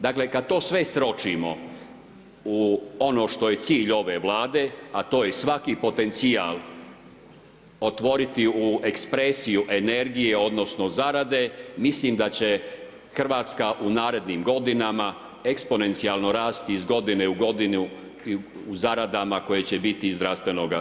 Dakle, kad to sve sročimo u ono što je cilj ove Vlade, a to je svaki potencijal otvoriti u ekspresiju energije, odnosno, zarade, mislim da će Hrvatska u narednim godinama eksponencijalno rasti iz godine u godine u zaradama koje će biti iz zdravstvenoga turizma.